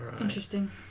Interesting